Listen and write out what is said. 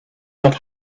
that